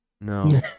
No